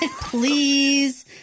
please